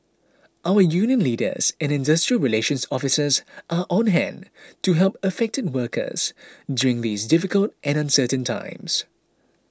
our union leaders and industrial relations officers are on hand to help affected workers during these difficult and uncertain times